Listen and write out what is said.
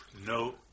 No